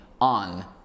on